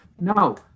No